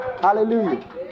Hallelujah